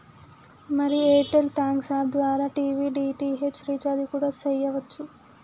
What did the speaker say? మరి Airtel thanks app ద్వారా TV DTH recharge కూడా సెయ్యవచ్చు